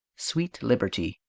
sweet liberty